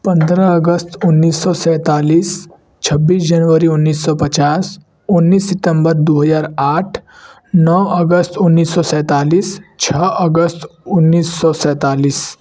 पंद्रह अगस्त उन्नीस सौ सैंतालिस छब्बीस जनवरी उन्नीस सौ पचास उन्नीस सितम्बर दो हज़ार आठ नौ अगस्त उन्नीस सौ सैंतालिस छ अगस्त उन्नीस सौ सैंतालिस